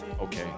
Okay